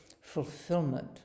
fulfillment